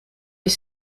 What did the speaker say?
est